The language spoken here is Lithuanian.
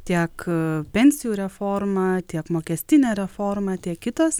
tiek pensijų reforma tiek mokestinė reforma tiek kitos